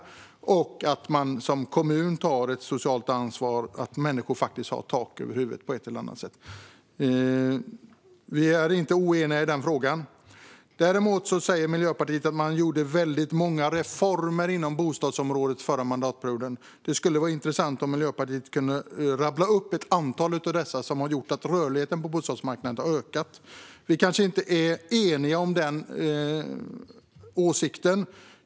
Kommunerna ska ta ett socialt ansvar för att människor har tak över huvudet på ett eller annat sätt. Vi är inte oeniga i den frågan. Däremot säger Miljöpartiet att man gjorde väldigt många reformer på bostadsområdet under den förra mandatperioden. Det skulle vara intressant om Miljöpartiet kunde rabbla upp ett antal av dessa reformer som har gjort att rörligheten på bostadsmarknaden har ökat. Vi kanske inte är eniga om denna åsikt.